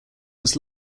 was